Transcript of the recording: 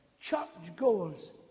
churchgoers